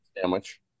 sandwich